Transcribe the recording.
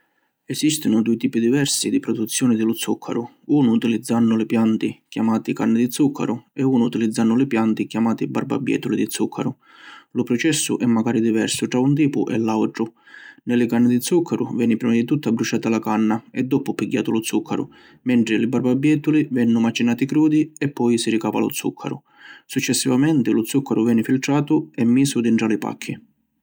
Esistinu dui tipi diversi di produzioni di lu zuccaru: unu utilizzannu li pianti chiamati Canni di Zuccaru e unu utilizzannu li pianti chiamati Barbabietuli di Zuccaru. Lu processu è macari diversu tra un tipu e l’autru. Ni li canni di zuccaru veni prima di tuttu abbruciata la canna e doppu pigghiatu lu zuccaru mentri li barbabietuli vennu macinati crudi e poi si ricava lu zuccaru. Successivamenti lu zuccaru veni filtratu e misu dintra li pacchi.